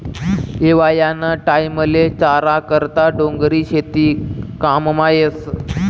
हिवायाना टाईमले चारा करता डोंगरी शेती काममा येस